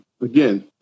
Again